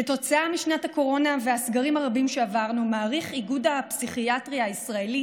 כתוצאה משנת הקורונה והסגרים שעברנו מעריך איגוד הפסיכיאטריה הישראלי